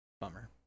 Bummer